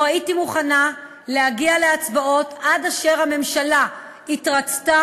לא הייתי מוכנה להגיע להצבעות עד אשר הממשלה התרצתה,